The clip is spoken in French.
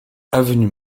avenue